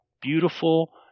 beautiful